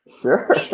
Sure